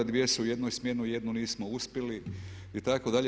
Dvije su u jednoj smjeni, u jednu nismo uspjeli itd.